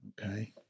okay